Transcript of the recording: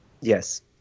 Yes